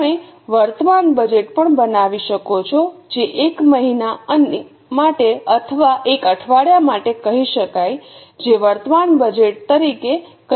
તમે વર્તમાન બજેટ પણ બનાવી શકો છો જે એક મહિના માટે અથવા એક અઠવાડિયા માટે કહી શકાય જે વર્તમાન બજેટ તરીકે કહી શકાય